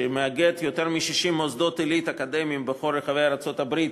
שמאגד יותר מ-60 מוסדות עילית אקדמיים בכל רחבי ארצות-הברית,